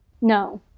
no